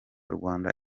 rwanda